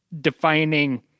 defining